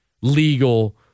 legal